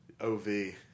o-v